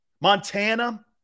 Montana